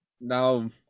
Now